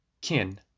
kin